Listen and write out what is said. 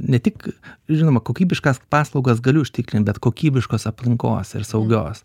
ne tik žinoma kokybiškas paslaugas gali užtikrint bet kokybiškos aplinkos ir saugios